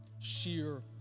sheer